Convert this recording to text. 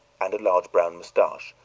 and a large brown mustache,